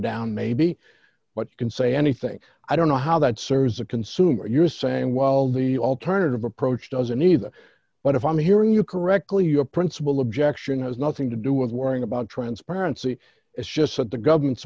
down maybe what you can say anything i don't know how that serves a consumer you're saying well the alternative approach doesn't either but if i'm hearing you correctly your principle objection has nothing to do with worrying about transparency it's just that the government's